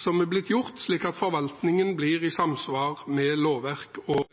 som er blitt gjort, slik at forvaltningen blir i samsvar med lovverket.